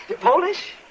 Polish